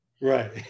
right